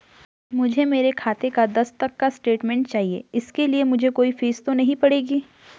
मुझे मेरे खाते का दस तक का स्टेटमेंट चाहिए इसके लिए मुझे कोई फीस तो नहीं पड़ेगी?